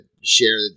share